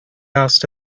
asked